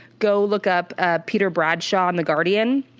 go look up ah peter bradshaw and the guardian,